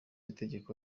itegeko